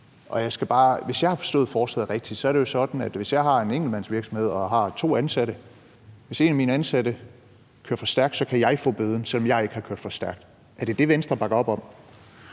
Hvis jeg har forstået forslaget rigtigt, er det jo sådan, at hvis jeg har en enkeltmandsvirksomhed og to ansatte og en af mine ansatte kører for stærkt, kan jeg få bøden, selv om jeg ikke har kørt for stærkt. Er det det, Venstre bakker op om?